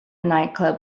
nightclub